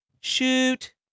shoot